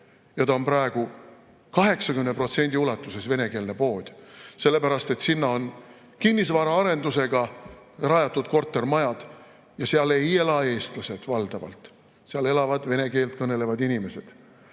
praegu on see 80% ulatuses venekeelne pood, sellepärast et sinna on kinnisvara arendusega rajatud kortermajad ja seal ei ela eestlased, vaid seal elavad valdavalt vene keelt kõnelevad inimesed.